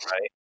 Right